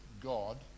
God